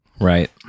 right